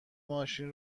ماشین